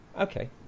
okay